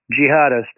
jihadist